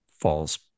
falls